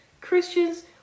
Christians